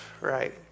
right